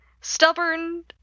stubborn